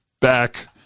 back